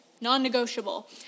non-negotiable